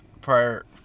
prior